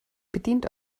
bedient